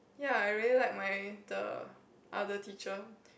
ya I really like my the other teacher